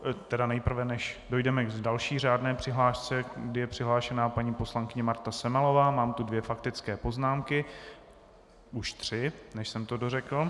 Tedy nejprve, než dojdeme k další řádné přihlášce, kdy je přihlášena paní poslankyně Marta Semelová, mám tu dvě faktické poznámky, už tři, než jsem to dořekl.